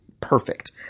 perfect